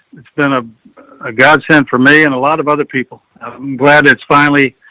it's been ah a godsend for me and a lot of other people, i'm glad it's finally,